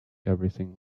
everything